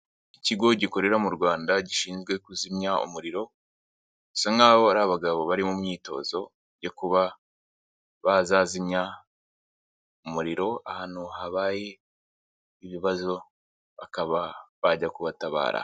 Ikigo gikorera mu Rwanda gishinzwe kuzimya umuriro, bisa nk'aho ari abagabo bari mu myitozo yo kuba bazazimya umuriro ahantu habaye ibibazo bakaba bajya kubatabara.